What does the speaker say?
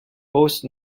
post